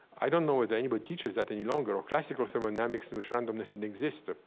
i don't know ah that anybody teaches that any longer or classical thermodynamics in which randomness and exist. ah